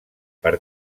per